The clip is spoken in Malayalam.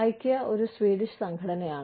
Ikea ഒരു സ്വീഡിഷ് സംഘടനയാണ്